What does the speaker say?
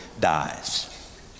dies